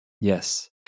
yes